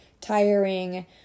tiring